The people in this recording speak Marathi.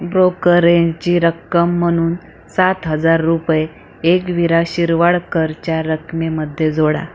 ब्रोकरेंची रक्कम म्हणून सात हजार रुपये एगवीरा शिरवाळकरच्या रकमेमध्ये जोडा